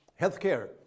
Healthcare